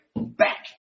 back